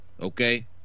okay